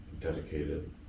dedicated